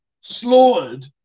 slaughtered